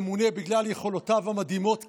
ימונה בגלל יכולותיו המדהימות כמורה?